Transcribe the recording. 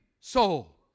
soul